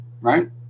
right